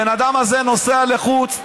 הבן אדם הזה נוסע לחוץ-לארץ,